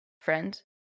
Friend